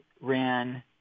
ran